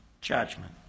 judgment